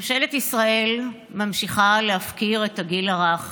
ממשלת ישראל ממשיכה להפקיר את הגיל הרך,